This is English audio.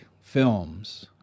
films